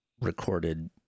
recorded